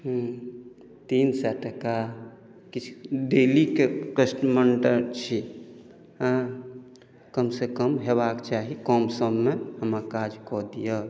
हँ तीन सए टका किछु डेलीके कस्टमर छी हँ कमसँ कम होयबाक चाही कम सममे हमरा काज कऽ दिअ